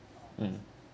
mm